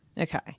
Okay